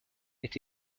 est